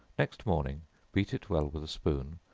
next morning beat it well with a spoon,